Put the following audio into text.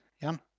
Jan